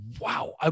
wow